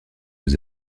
aux